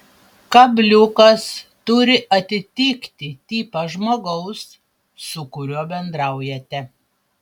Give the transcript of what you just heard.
kabliukas turi atitikti tipą žmogaus su kuriuo bendraujate